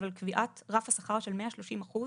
אבל קביעת רף השכר של 130 אחוז